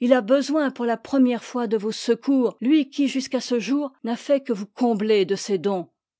it a besoin pour la première fois de vos secours lui qui jusqu'à ce jour n'a fait que vous combler de ses dons